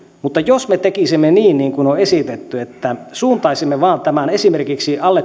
mutta jos me tekisimme niin niin kuin on on esitetty että suuntaisimme tämän vain esimerkiksi alle